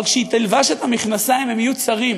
אבל כשהיא תלבש את המכנסיים הם יהיו צרים.